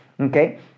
okay